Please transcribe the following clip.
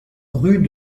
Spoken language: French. rue